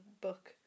book